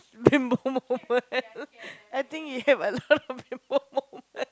bimbo moment I think you have a lot of bimbo moment